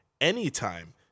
anytime